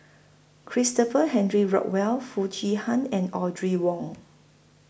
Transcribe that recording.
Christopher Henry Rothwell Foo Chee Han and Audrey Wong